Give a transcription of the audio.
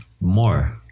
more